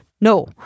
No